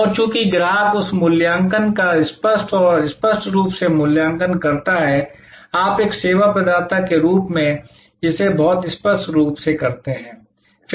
और चूँकि ग्राहक उस मूल्यांकन का स्पष्ट और स्पष्ट रूप से मूल्यांकन करता है आप एक सेवा प्रदाता के रूप में इसे बहुत स्पष्ट रूप से करते हैं